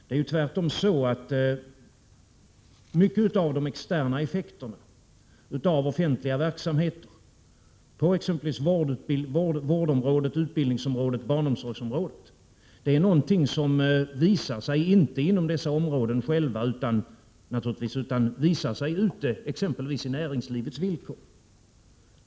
Det är ju tvärtom så att mycket av de externa effekterna av offentliga verksamheter — på exempelvis vårdområdet, utbildningsområdet och barnomsorgsområdet — naturligtvis inte visar sig inom dessa områden själva, utan de visar sig t.ex. i näringslivets villkor.